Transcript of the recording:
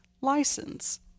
license